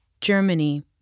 Germany